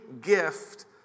gift